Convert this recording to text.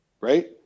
right